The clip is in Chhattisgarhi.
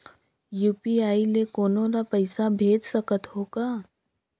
यू.पी.आई ले कोनो ला पइसा भेज सकत हों का?